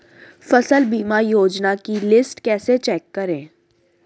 फसल बीमा योजना की लिस्ट कैसे चेक करें?